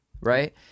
right